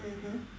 mmhmm